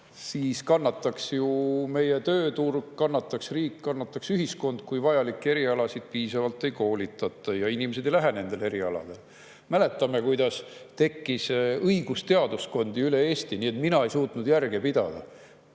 Kannataks meie tööturg, kannataks riik, kannataks ühiskond, kui vajalikel erialadel piisavalt [spetsialiste] ei koolitata ja inimesed ei läheks nendele erialadele. Mäletame, kuidas tekkis õigusteaduskondi üle Eesti, nii et mina ei suutnud järge pidada.